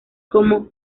como